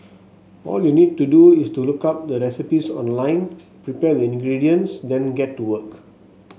all you need to do is to look up the recipes online prepare the ingredients then get to work